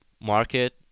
market